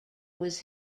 was